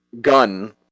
gun